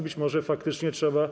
Być może faktycznie trzeba.